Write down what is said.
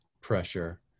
pressure